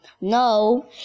No